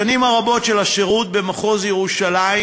השנים הרבות של השירות במחוז ירושלים,